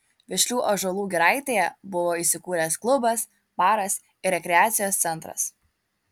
vešlių ąžuolų giraitėje buvo įsikūręs klubas baras ir rekreacijos centras